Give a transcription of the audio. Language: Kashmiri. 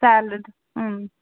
سیلٕڈ